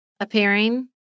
appearing